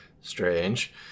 strange